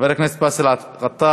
חבר הכנסת באסל גטאס,